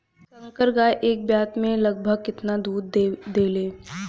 संकर गाय एक ब्यात में लगभग केतना दूध देले?